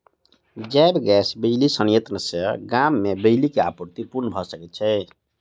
जैव गैस बिजली संयंत्र सॅ गाम मे बिजली के आपूर्ति पूर्ण भ सकैत छै